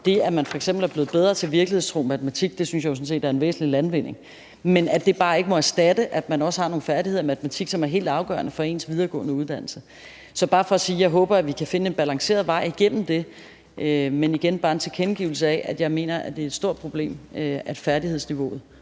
det, at man f.eks. er blevet bedre til virkelighedstro matematik. Det synes jeg jo sådan set er en væsentlig landvinding. Det må ikke erstatte, at man også har nogle færdigheder i matematik, som er helt afgørende for ens videregående uddannelse. Jeg vil bare sige, at jeg håber, at vi kan finde en balanceret vej igennem det. Jeg vil gerne igen tilkendegive, at jeg mener, at det er et stort problem, at færdighedsniveauet